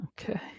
okay